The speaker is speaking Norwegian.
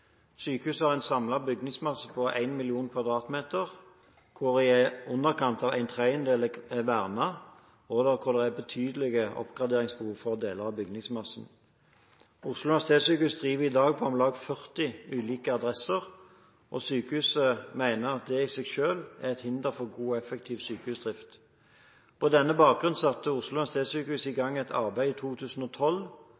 Sykehuset har en samlet bygningsmasse på 1 mill. m2, hvor i underkant av en tredjedel er vernet, og hvor det er betydelige oppgraderingsbehov i deler av bygningsmassen. Oslo universitetssykehus driver i dag på om lag 40 ulike adresser, og sykehuset mener at det i seg selv er et hinder for god og effektiv sykehusdrift. På denne bakgrunn satte Oslo universitetssykehus i